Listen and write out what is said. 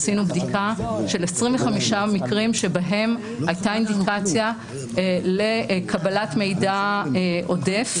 עשינו בדיקה של 25 מקרים שבהם הייתה אינדיקציה לקבלת מידע עודף.